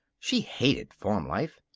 she hated farm life.